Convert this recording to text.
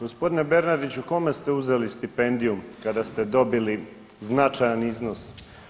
Gospodine Bernardiću kome ste uzeli stipendiju kada ste dobili značajan iznos?